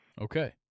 Okay